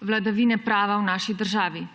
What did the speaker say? vladavine prava v naši državi.